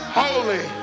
holy